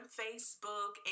facebook